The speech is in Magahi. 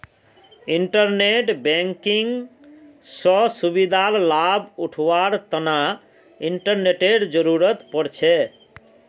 इंटरनेट बैंकिंग स सुविधार लाभ उठावार तना इंटरनेटेर जरुरत पोर छे